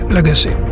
Legacy